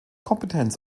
kompetenz